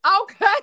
Okay